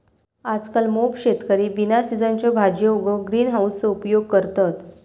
आजकल मोप शेतकरी बिना सिझनच्यो भाजीयो उगवूक ग्रीन हाउसचो उपयोग करतत